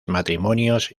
matrimonios